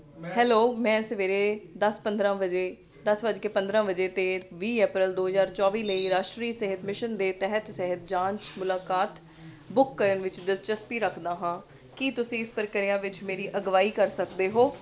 hello ਮੈਂ ਸਵੇਰੇ ਦਸ ਪੰਦਰ੍ਹਾਂ ਵਜੇ ਦਸ ਵੱਜ ਕੇ ਪੰਦਰ੍ਹਾਂ ਵਜੇ 'ਤੇ ਵੀਹ ਅਪ੍ਰੈਲ ਦੋ ਹਜ਼ਾਰ ਚੌਵੀ ਲਈ ਰਾਸ਼ਟਰੀ ਸਿਹਤ ਮਿਸ਼ਨ ਦੇ ਤਹਿਤ ਸਿਹਤ ਜਾਂਚ ਮੁਲਾਕਾਤ ਬੁੱਕ ਕਰਨ ਵਿੱਚ ਦਿਲਚਸਪੀ ਰੱਖਦਾ ਹਾਂ ਕੀ ਤੁਸੀਂ ਇਸ ਪ੍ਰਕਿਰਿਆ ਵਿੱਚ ਮੇਰੀ ਅਗਵਾਈ ਕਰ ਸਕਦੇ ਹੋ